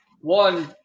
One